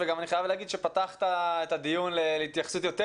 אני גם חייב לומר שפתחת את הדיון להתייחסות יותר